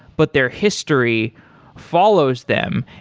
but their history follows them,